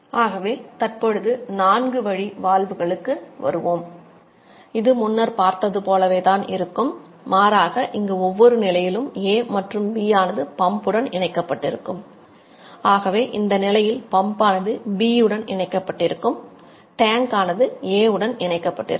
ஆகவே தற்பொழுது நான்கு வழி வால்வுகளுக்கு ஆனது A உடன் இணைக்கப்பட்டிருக்கும்